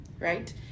right